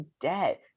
dead